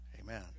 Amen